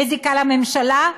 מזיקה לממשלה,